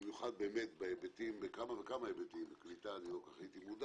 במיוחד בהיבטים בכמה היבטים, לא הייתי מודע